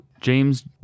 James